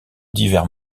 divers